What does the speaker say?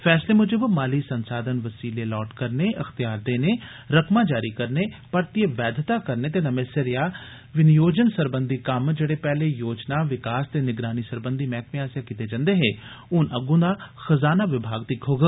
फैसले मुजब माली संसाधन वसीले लाट करने इख्तयार देने रकमां जारी करने परतिए वैद्यता करने ते परतिए विनयोजन सरबंधी कम्म जेड़े पैहले योजना विकास ते निगरानी सरबंधी मैह्कमें आस्सेआ कीते जन्दे हे हुन अग्गूं दा खजाना विभाग दिखोग